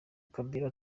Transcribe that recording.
kabila